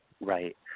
Right